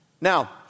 Now